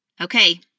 Okay